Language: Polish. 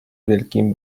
wielkim